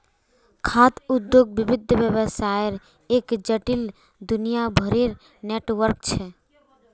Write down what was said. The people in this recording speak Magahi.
खाद्य उद्योग विविध व्यवसायर एक जटिल, दुनियाभरेर नेटवर्क छ